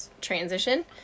transition